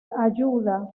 ayuda